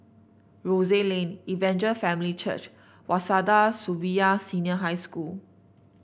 Rose Lane Evangel Family Church Waseda Shibuya Senior High School